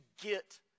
get